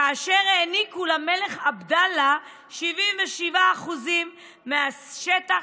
כאשר העניקו למלך עבדאללה 77% מהשטח